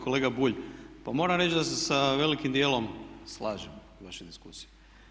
Kolega Bulj, pa moram reći da se sa velikim dijelom slažem, vaše diskusije.